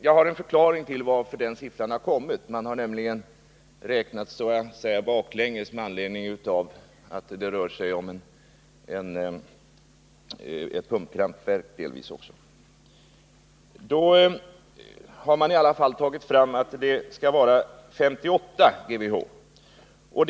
Jag har en förklaring till hur man kommit fram till den siffran. Man har räknat så att säga baklänges med anledning av att det delvis rör sig om ett pumpkraftverk. Men det skall vara 58 GWh/år.